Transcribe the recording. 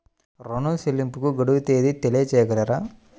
ఋణ చెల్లింపుకు గడువు తేదీ తెలియచేయగలరా?